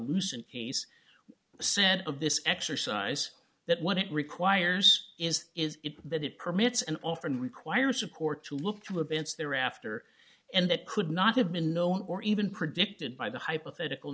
loose and case said of this exercise that what it requires is is it that it permits and often requires support to look to advance there after and that could not have been known or even predicted by the hypothetical